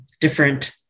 different